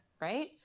Right